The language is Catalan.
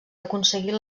aconseguir